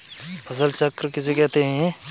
फसल चक्र किसे कहते हैं?